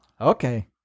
Okay